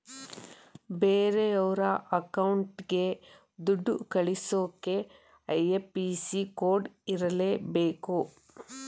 ಬೇರೆಯೋರ ಅಕೌಂಟ್ಗೆ ದುಡ್ಡ ಕಳಿಸಕ್ಕೆ ಐ.ಎಫ್.ಎಸ್.ಸಿ ಕೋಡ್ ಇರರ್ಲೇಬೇಕು